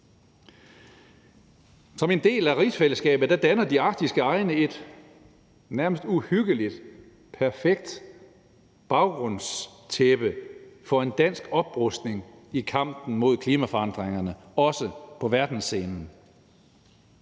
Som en del af rigsfællesskabet danner de arktiske egne et nærmest uhyggelig perfekt baggrundstæppe for en dansk oprustning i kampen mod klimaforandringerne, også på verdensscenen.